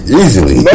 easily